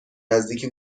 نزدیکی